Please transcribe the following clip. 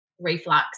reflux